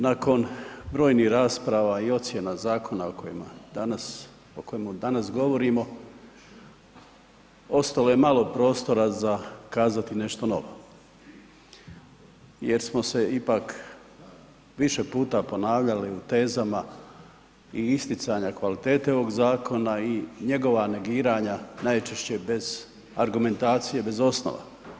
Nakon brojnih rasprava i ocjena zakona o kojima danas, o kojemu danas govorimo ostalo je malo prostora za kazati nešto novo jer smo se ipak više puta ponavljali u tezama i isticanja kvalitete ovog zakona i njegova negiranja najčešće bez argumentacije, bez osnova.